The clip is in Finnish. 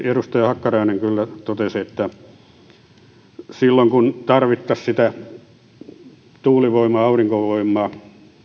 edustaja hakkarainenkin kyllä totesi että silloin kun tarvittaisiin sitä tuulivoimaa aurinkovoimaa